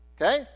Okay